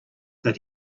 that